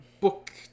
book